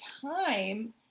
time